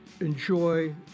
enjoy